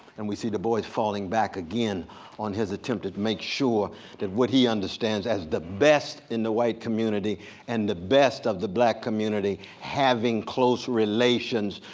and we see du bois falling back again on his attempt to make sure that what he understands as the best in the white community and the best of the black community having close relations,